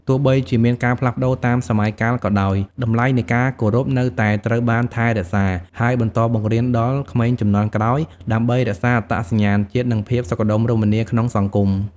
ទោះបីជាមានការផ្លាស់ប្ដូរតាមសម័យកាលក៏ដោយ តម្លៃនៃការគោរពនៅតែត្រូវបានថែរក្សា ហើយបន្តបង្រៀនដល់ក្មេងជំនាន់ក្រោយ ដើម្បីរក្សាអត្តសញ្ញាណជាតិ និងភាពសុខដុមរមនាក្នុងសង្គម។